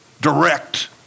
direct